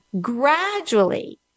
gradually